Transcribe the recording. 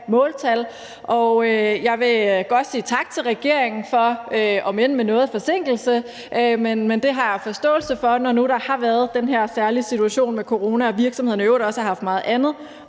måltal. Og jeg vil godt sige tak til regeringen for at komme med det her, om end det er med nogen forsinkelse. Men det har jeg forståelse for, når der har været den særlige situation med corona, og når virksomhederne i øvrigt også har haft meget andet